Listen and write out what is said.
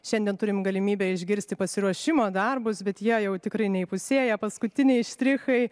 šiandien turim galimybę išgirsti pasiruošimo darbus bet jie jau tikrai neįpusėję paskutiniai štrichai